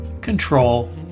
control